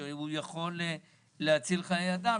שיכול להציל חיי אדם.